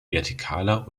vertikaler